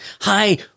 hi